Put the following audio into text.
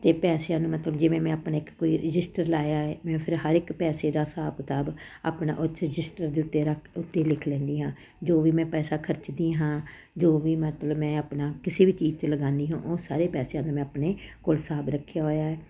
ਅਤੇ ਪੈਸਿਆਂ ਨੂੰ ਮਤਲਬ ਜਿਵੇਂ ਮੈਂ ਆਪਣੇ ਇੱਕ ਕੋਈ ਰਜਿਸਟਰ ਲਗਾਇਆ ਹੈ ਮੈਂ ਫਿਰ ਹਰ ਇੱਕ ਪੈਸੇ ਦਾ ਹਿਸਾਬ ਕਿਤਾਬ ਆਪਣਾ ਉੱਥੇ ਰਜਿਸਟਰ ਦੇ ਉੱਤੇ ਰੱਖ ਉੱਤੇ ਲਿਖ ਲੈਂਦੀ ਹਾਂ ਜੋ ਵੀ ਮੈਂ ਪੈਸਾ ਖਰਚਦੀ ਹਾਂ ਜੋ ਵੀ ਮਤਲਬ ਮੈਂ ਆਪਣਾ ਕਿਸੇ ਵੀ ਚੀਜ਼ 'ਤੇ ਲਗਾਉਂਦੀ ਹਾਂ ਉਹ ਸਾਰੇ ਪੈਸਿਆਂ ਦਾ ਮੈਂ ਆਪਣੇ ਕੋਲ ਹਿਸਾਬ ਰੱਖਿਆ ਹੋਇਆ ਹੈ